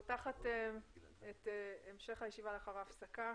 יאפשר את הפנייה גם באמצעות פקסימיליה."